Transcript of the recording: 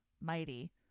mighty